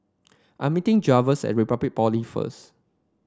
I'm meeting Javier at Republic Polytechnic first